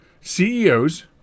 CEOs